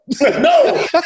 No